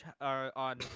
on